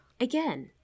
again